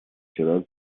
вчера